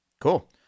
cool